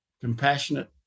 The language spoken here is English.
compassionate